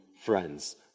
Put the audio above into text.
friends